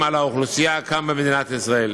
האוכלוסייה כאן במדינת ישראל.